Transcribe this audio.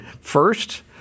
first